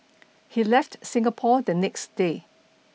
he left Singapore the next day